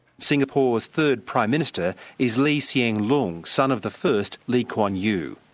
singapore's third prime minister is lee sien lung, son of the first lee kuan yew.